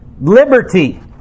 liberty